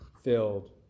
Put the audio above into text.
filled